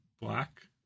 black